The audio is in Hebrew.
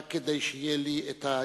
רק כדי שתהיה לי היכולת.